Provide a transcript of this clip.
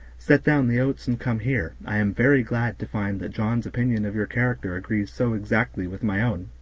set down the oats and come here i am very glad to find that john's opinion of your character agrees so exactly with my own.